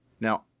Now